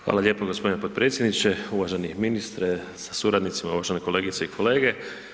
Hvala lijepo g. potpredsjedniče, uvaženi ministre sa suradnicima, uvažene kolegice i kolege.